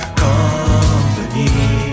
company